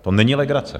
To není legrace!